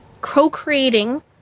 co-creating